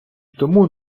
тому